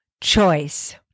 choice